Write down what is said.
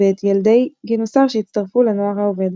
ואת ילדי גינוסר שהצטרפו לנוער העובד.